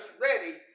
ready